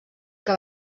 que